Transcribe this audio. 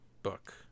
book